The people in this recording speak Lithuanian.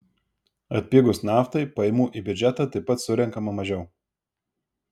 atpigus naftai pajamų į biudžetą taip pat surenkama mažiau